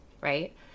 right